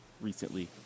recently